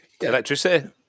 Electricity